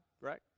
right